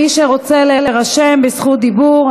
מי שרוצה להירשם לזכות דיבור,